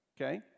Okay